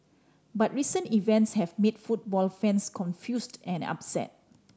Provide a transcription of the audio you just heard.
but recent events have made football fans confused and upset